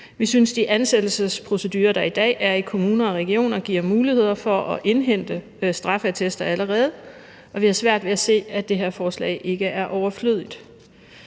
Vi synes, de ansættelsesprocedurer, der i dag er i kommuner og regioner, giver mulighed for at indhente straffeattester allerede, og vi har svært ved at se, at det her forslag ikke er overflødigt.